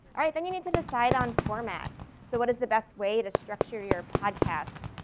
all right, then you need to decide on format. so what is the best way to structure your podcast?